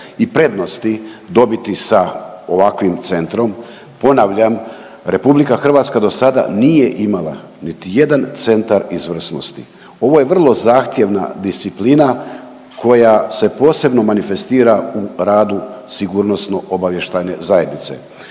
i prednosti dobiti sa ovakvim centrom. Ponavljam, RH dosada nije imala niti jedan centar izvrsnosti. Ovo je vrlo zahtjevna disciplina koja se posebno manifestira u radu sigurnosno-obavještajne zajednice.